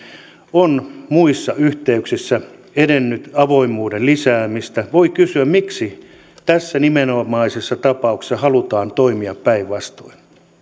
on muissa yhteyksissä edennyt avoimuuden lisäämistä niin voi kysyä miksi tässä nimenomaisessa tapauksessa halutaan toimia päinvastoin